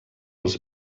els